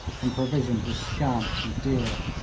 and provisions were scant and dear.